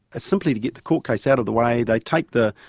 simply to get the court case out of the way. they take the,